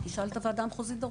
תשאל את הועדה המחוזית.